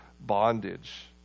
bondage